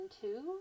two